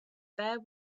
bare